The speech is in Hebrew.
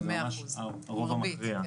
הרוב המכריע.